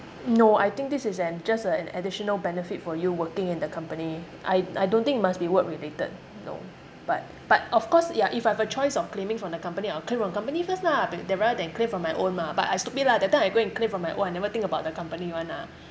no I think this is an just a an additional benefit for you working in the company I I don't think it must be work related no but but of course yeah if I have a choice of claiming from the company I'll claim from company first lah then rather then claim from my own mah but I stupid lah that time I go and claim from my own I never think about the company one lah